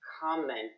comment